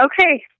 Okay